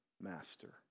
master